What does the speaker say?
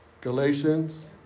Galatians